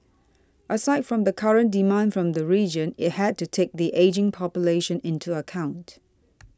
aside from the current demand from the region it had to take the ageing population into account